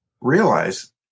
realize